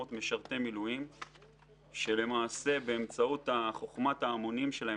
משרתי מילואים שבאמצעות חוכמת ההמונים שלהם,